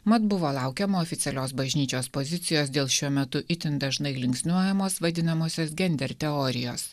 mat buvo laukiama oficialios bažnyčios pozicijos dėl šiuo metu itin dažnai linksniuojamos vadinamosios gender teorijos